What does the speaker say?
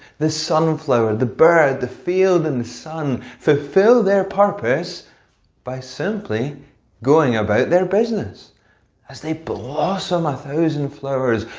the sunflower, the bird, the field and the sun fulfil their purpose by simply going about their business as they blossom a thousand flowers,